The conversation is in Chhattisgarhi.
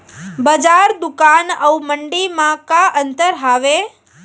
बजार, दुकान अऊ मंडी मा का अंतर हावे?